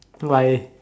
like